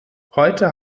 heute